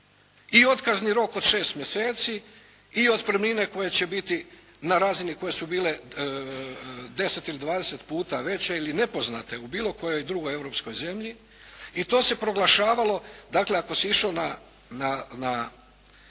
I otkazni rok od 6 mjeseci i otpremnine koje će biti na razini koje su bile 10 ili 20 puta veće ili nepoznate u bilo kojoj drugoj europskoj zemlji i to se proglašavalo, dakle ako si išao na